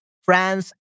France